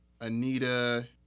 Anita